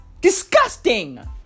Disgusting